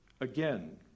Again